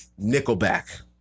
Nickelback